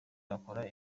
agakora